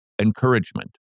encouragement